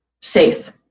safe